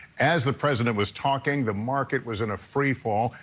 as the president was talking the market was in a free fall.